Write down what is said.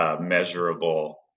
measurable